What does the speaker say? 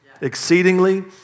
exceedingly